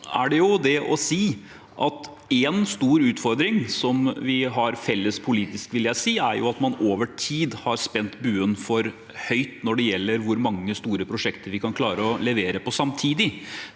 en stor utfordring – som jeg vil si vi politisk har felles – er at man over tid har spent buen for høyt når det gjelder hvor mange store prosjekter vi kan klare å levere på samtidig.